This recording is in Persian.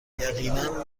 یقینا